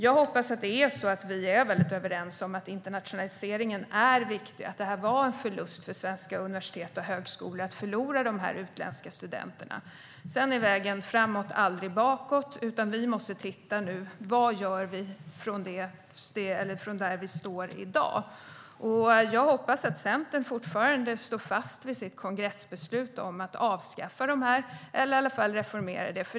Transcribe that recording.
Jag hoppas att vi är överens om att internationaliseringen är viktig och att det var en förlust för svenska universitet och högskolor att förlora dessa utländska studenter. Vägen framåt är aldrig bakåt, utan vi måste titta på vad vi ska göra utifrån där vi står i dag. Jag hoppas att Centern står kvar vid sitt kongressbeslut att avskaffa detta eller i alla fall reformera det.